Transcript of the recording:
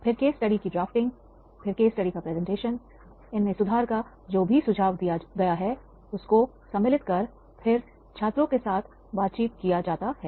फिर case study की drafting फिर केस स्टडी का प्रेजेंटेशन इनमें सुधार का जो भी सुझाव दिया गया है उसको सम्मिलित कर फिर छात्रों के साथ बातचीत किया जाता है